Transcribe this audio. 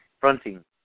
fronting